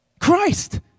Christ